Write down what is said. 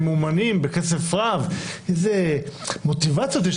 ממומנים בכסף רב איזו מוטיבציה יש